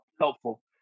helpful